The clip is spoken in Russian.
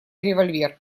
револьвер